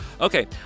Okay